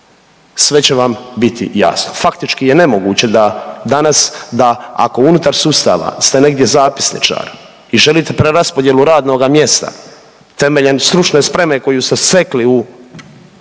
Sve će vam biti jasno. Faktički je nemoguće da danas, da ako unutar sustava ste negdje zapisničar i želite preraspodjelu radnoga mjesta temeljem stručne spreme koju ste stekli u,